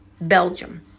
Belgium